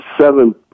seven